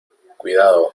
cuidado